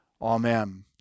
Amen